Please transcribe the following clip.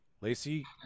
Lacey